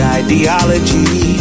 ideology